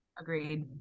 Agreed